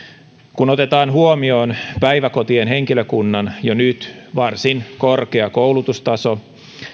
kun otetaan huomioon päiväkotien henkilökunnan jo nyt varsin korkea koulutustaso